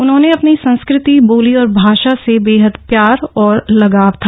उन्हें अपनी संस्कृति बोली और भाषा से बेहद प्यार और लगाव था